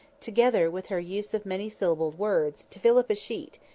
together with her use of many-syllabled words, to fill up a sheet,